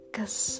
Cause